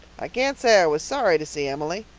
i can't say i was sorry to see emily.